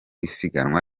isiganwa